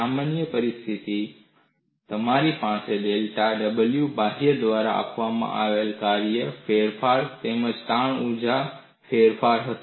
સામાન્ય પરિસ્થિતિમાં તમારી પાસે ડેલ્ટા W બાહ્ય દ્વારા આપવામાં આવેલા કામમાં ફેરફાર તેમજ તાણ ઊર્જામાં ફેરફાર હશે